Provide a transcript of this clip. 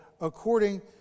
according